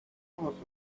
musunuz